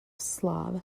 slav